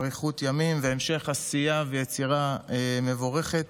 אריכות ימים והמשך עשייה ויצירה מבורכת.